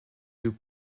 deux